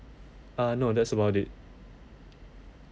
uh no that's about it